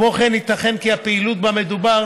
כמו כן, ייתכן כי הפעילות שבה מדובר